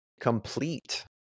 complete